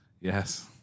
Yes